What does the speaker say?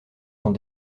sont